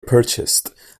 purchased